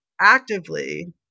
Actively